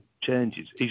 changes